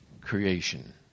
creation